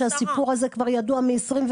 זה שהסיפור הזה ידוע כבר מ-2021.